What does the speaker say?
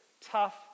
tough